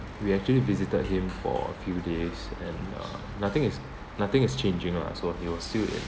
we actually visited him for a few days and uh nothing is nothing is changing lah so he was still in